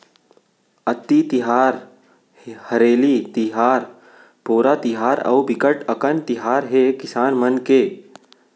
अक्ति तिहार, हरेली तिहार, पोरा तिहार अउ बिकट अकन तिहार हे किसान मन के